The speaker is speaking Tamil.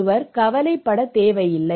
ஒருவர் கவலைப்படத் தேவையில்லை